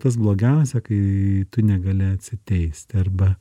tas blogiausia kai tu negali atsiteisti arba